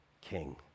king